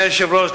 אדוני היושב-ראש,